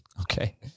Okay